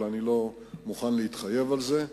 אבל אני לא מוכן להתחייב על זה.